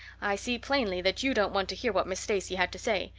i see plainly that you don't want to hear what miss stacy had to say.